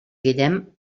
guillem